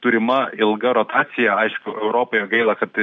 turima ilga rotacija aišku europoje gaila kad